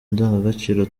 ndangagaciro